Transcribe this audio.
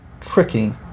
Tricky